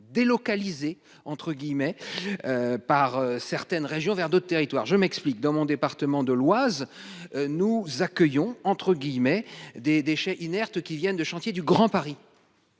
délocalisées entre guillemets. Par certaines régions vers d'autres territoires. Je m'explique, dans mon département de l'Oise. Nous accueillons entre guillemets des déchets inertes, qui viennent de chantier du Grand Paris.